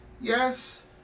Yes